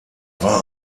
war